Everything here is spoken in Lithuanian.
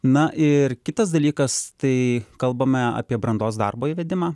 na ir kitas dalykas kai kalbame apie brandos darbo įvedimą